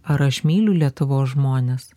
ar aš myliu lietuvos žmones